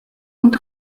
und